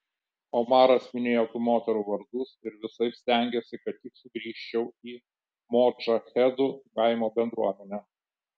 omaras minėjo tų moterų vardus ir visaip stengėsi kad tik sugrįžčiau į modžahedų kaimo bendruomenę